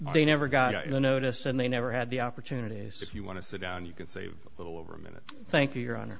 they never got the notice and they never had the opportunity if you want to sit down you can save a little over a minute thank you your honor